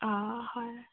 হয়